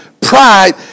pride